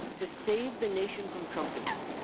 to save the nation from trumpism,